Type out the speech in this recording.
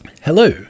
Hello